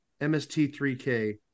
MST3K